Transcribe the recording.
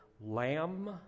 lamb